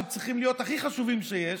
שהם צריכים להיות הכי חשובים שיש,